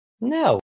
No